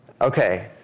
Okay